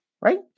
Right